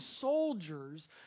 soldiers